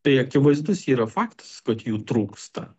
tai akivaizdus yra faktas kad jų trūksta